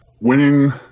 winning